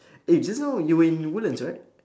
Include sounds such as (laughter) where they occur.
(breath) eh just now you were in woodlands right